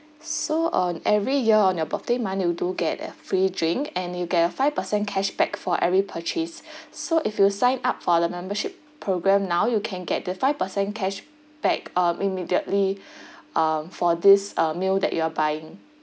so on every year on your birthday month you do get a free drink and you get a five percent cashback for every purchase so if you sign up for the membership programme now you can get the five percent cashback uh immediately um for this uh meal that you're buying